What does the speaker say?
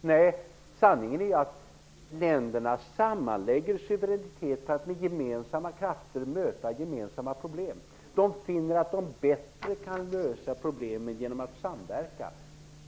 Nej, sanningen är att länderna sammanlägger suveränitet för att med gemensamma krafter möta gemensamma problem. Länderna finner att de bättre kan lösa problemen genom att samverka.